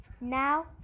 now